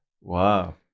Wow